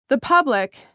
the public,